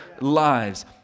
lives